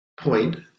point